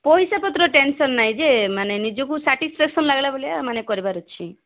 ପଇସା ପତ୍ର ଟେନସନ୍ ନାହିଁ ଯେ ମାନେ ନିଜକୁ ସାଟିସ୍ପେକ୍ସନ୍ ଲାଗିଲା ଭଳିଆ ମାନେ କରିବାର ଅଛି